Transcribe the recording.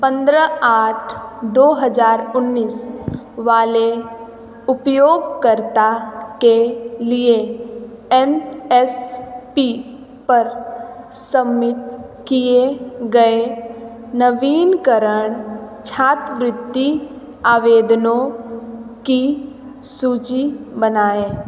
पन्द्रह आठ दो हज़ार उन्नीस वाले उपयोगकर्ता के लिए एन एस पी पर सम्मिट किए गएनवीनीकरण छात्रवृत्ति आवेदनों की सूची बनाऍं